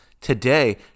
today